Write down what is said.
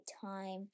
time